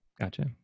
Gotcha